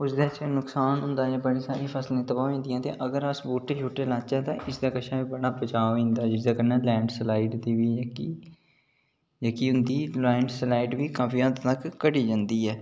ओह्दे च नुक्सान होंदा ऐ बडी सारी फसल तबाह् होई जंदी ऐ अगर अस बूहटे शूह्टे लाह्चै तां उस कन्नै बी बड़ा बचाऽ होई जंदा ऐ ते लैंड सलाईड जेह्की होंदी लैंड सलाईड बी बडी हद्द तक्कर घटी जंदी ऐ